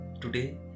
Today